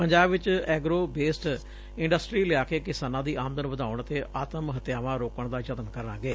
ਪੰਜਾਬ ਅਤੇ agro based industry ਲਿਆ ਕੇ ਕਿਸਾਨਾਂ ਦੀ ਆਮਦਨ ਵਧਾਉਣ ਵਿਚ ਆਤਮ ਹੱਤਿਆਵਾਂ ਰੋਕਣ ਦਾ ਯਤਨ ਕਰਾਂਗੇ